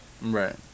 Right